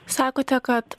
sakote kad